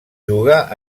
juga